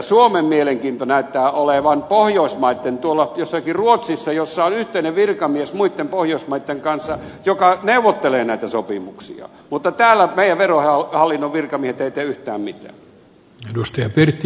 suomen mielenkiinto näyttää olevan pohjoismaissa tuolla jossakin ruotsissa missä on yhteinen virkamies muitten pohjoismaitten kanssa joka neuvottelee näitä sopimuksia mutta täällä meidän verohallinnon virkamiehet eivät tee yhtään mitään